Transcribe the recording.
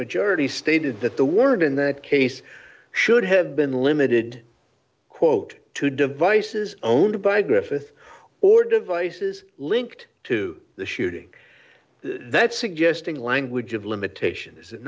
majority stated that the word in that case should have been limited quote to devices owned by griffith or devices linked to the shooting that suggesting language of limitations